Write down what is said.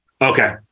okay